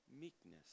meekness